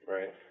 Right